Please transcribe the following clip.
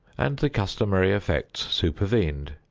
and the customary effects supervened,